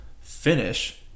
finish